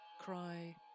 cry